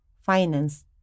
finance